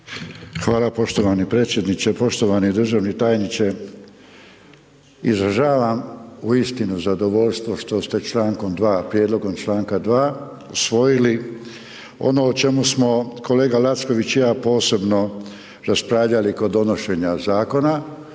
Hvala poštovani predsjedniče, poštovani državni tajniče. Izražavam uistinu zadovoljstvo što ste člankom 2., prijedlogom članka 2. usvojili. Ono o čemu smo kolega Lacković i ja posebno raspravljali kod donošenja zakona